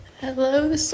Hello